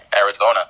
Arizona